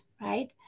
right